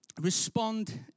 respond